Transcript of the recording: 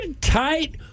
tight